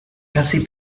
casi